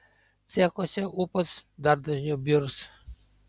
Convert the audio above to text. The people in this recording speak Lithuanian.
cechuose ūpas dar dažniau bjurs